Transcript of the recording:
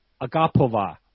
Agapova